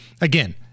Again